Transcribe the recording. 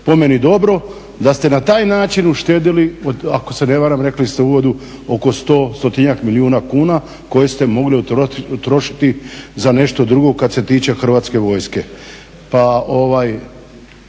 po meni dobro, da ste na taj način uštedili, ako se ne varam rekli se u uvodu oko 100, stotinjak milijuna kuna koje ste mogli utrošiti za nešto drugo kad se tiče Hrvatske vojske.